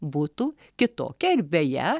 būtų kitokia ir beje